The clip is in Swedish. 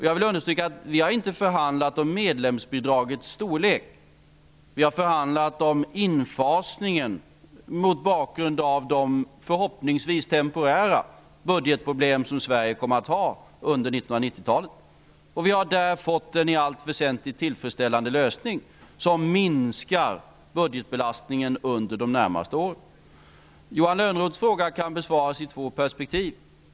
Jag vill understryka att vi inte har förhandlat om medlemsbidragets storlek utan om infasningen mot bakgrund av de förhoppningsvis temporära budgetproblem som Sverige kommer att ha under 1990-talet. Vi har där fått en i allt väsentligt tillfredsställande lösning som minskar budgetbelastningen under de närmaste åren. Johan Lönnroths fråga kan besvaras i två perspektiv.